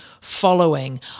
following